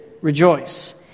rejoice